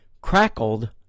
crackled